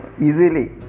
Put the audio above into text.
easily